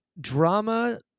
drama